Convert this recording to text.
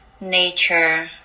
nature